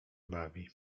bawi